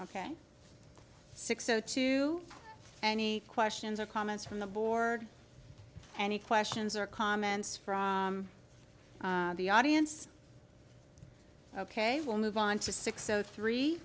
ok six o two any questions or comments from the board any questions or comments from the audience ok we'll move on to six o three